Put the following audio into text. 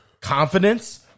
confidence